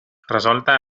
resolta